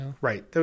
Right